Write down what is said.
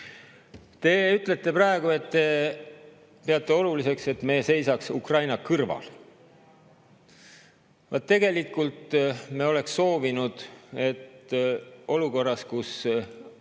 Te ütlete praegu, et te peate oluliseks, et meie seisaks Ukraina kõrval. Tegelikult me oleks soovinud, et olukorras, kus